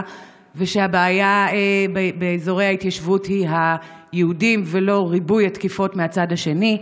ושהבעיה באזורי ההתיישבות היא היהודים ולא ריבוי התקיפות מהצד השני,